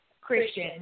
Christian